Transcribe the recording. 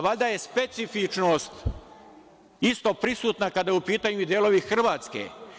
Valjda je specifičnost isto prisutna kada su u pitanju i delovi Hrvatske.